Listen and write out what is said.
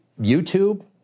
YouTube